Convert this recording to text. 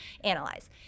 analyze